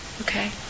Okay